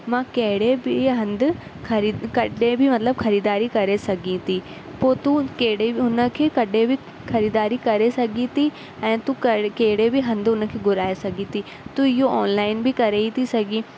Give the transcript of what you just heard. मां कहिड़े बि हंधि खरी कॾहिं बि मतिलब खरीदारी करे सघे थी पोइ तू कहिड़े बि हुनखे कॾहिं बि ख़रीदारी करे सघे थी ऐं तू कहिड़े बि हंधि हुनखे घुराए सघे थी तू इहो ऑनलाइन बि करे ई थी सघे